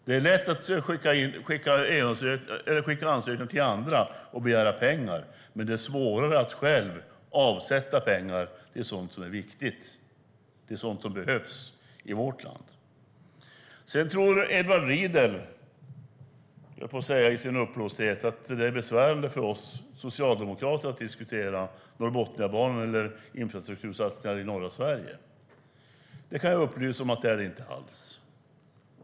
Det är lätt att skicka in ansökningar till andra och begära pengar, men det är svårare att själv avsätta pengar till sådant som är viktigt och behövs i vårt land. Edward Riedl tror i sin uppblåsthet - höll jag på att säga - att det är besvärande för oss socialdemokrater att diskutera Norrbotniabanan eller infrastruktursatsningar i norra Sverige. Det kan jag upplysa om att det är det inte alls.